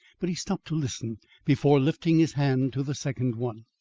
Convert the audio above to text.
but he stopped to listen before lifting his hand to the second one.